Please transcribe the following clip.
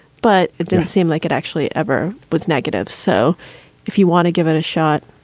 but it didn't seem like it actually ever was negative. so if you want to give it a shot,